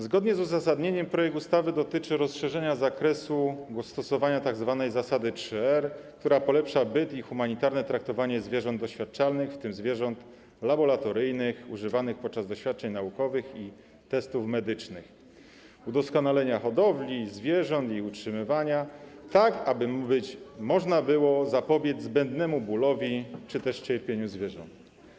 Zgodnie z uzasadnieniem projekt ustawy dotyczy rozszerzenia zakresu dostosowania tzw. zasady 3R, która polepsza byt i humanitarne traktowanie zwierząt doświadczalnych, w tym zwierząt laboratoryjnych, używanych podczas doświadczeń naukowych i testów medycznych, udoskonalenia hodowli zwierząt i ich utrzymywania, tak aby można było zapobiec zbędnemu bólowi czy też cierpieniu zwierząt.